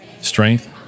strength